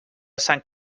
sant